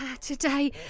today